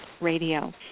Radio